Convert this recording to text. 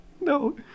No